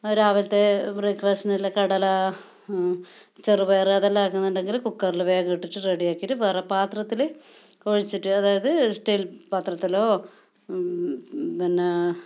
രാവിലത്തെ ബ്രേക്ക്ഫാസ്റ്റിനുള്ള കടല ചെറുപയർ അതെല്ലാം ആക്കുന്നുണ്ടങ്കിലും കുക്കറിൽ വേഗം ഇട്ടിട്ട് റെഡി ആക്കിയിട്ട് വേറെ പാത്രത്തിൽ ഒഴിച്ചിട്ട് അതായത് സ്റ്റീൽ പാത്രത്തിലോ പിന്നെ